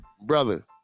brother